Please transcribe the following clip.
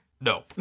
No